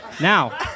now